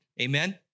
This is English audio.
Amen